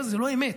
אני אומר,